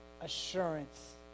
assurance